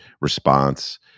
response